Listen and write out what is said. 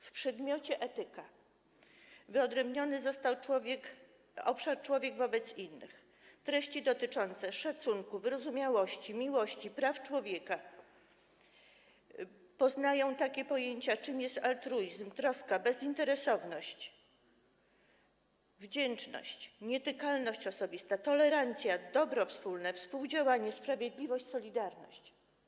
W przedmiocie: etyka wyodrębniony został obszar: człowiek wobec innych, treści dotyczące szacunku, wyrozumiałości, miłości, praw człowieka, dzieci poznają takie pojęcia, czym jest altruizm, troska, bezinteresowność, wdzięczność, nietykalność osobista, tolerancja, dobro wspólne, współdziałanie, sprawiedliwość, solidarność.